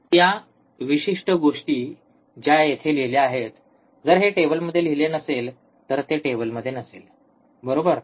तर या विशिष्ट गोष्टी ज्या येथे लिहिल्या आहेत जर हे टेबलमध्ये लिहिलेले नसेल तर ते टेबलमध्ये नसेल बरोबर